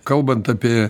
kalbant apie